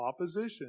opposition